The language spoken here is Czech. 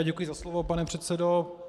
Děkuji za slovo, pane předsedo.